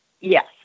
Yes